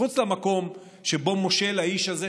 מחוץ למקום שבו מושל האיש הזה,